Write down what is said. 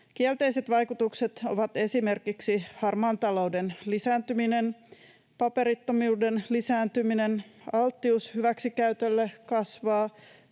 Kielteiset vaikutukset ovat esimerkiksi harmaan talouden lisääntyminen, paperittomuuden lisääntyminen, se, että alttius hyväksikäytölle kasvaa,